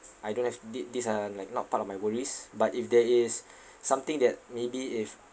I don't have the~ these are like not part of my worries but if there is something that maybe if